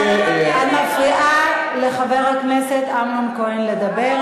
את מפריעה לחבר הכנסת אמנון כהן לדבר.